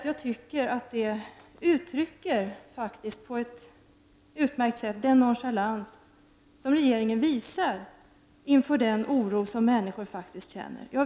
Jag tycker att detta på ett utmärkt sätt uttrycker den nonchalans som regeringen visar inför den oro som människor faktiskt känner.